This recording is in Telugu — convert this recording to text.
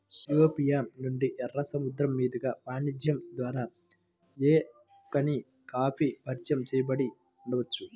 ఇథియోపియా నుండి, ఎర్ర సముద్రం మీదుగా వాణిజ్యం ద్వారా ఎమెన్కి కాఫీ పరిచయం చేయబడి ఉండవచ్చు